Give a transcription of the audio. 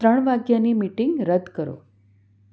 ત્રણ વાગ્યાની મિટિંગ રદ કરો